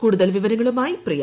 കൂടുതൽ വിവരങ്ങളുമായി പ്രിയ